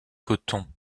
coton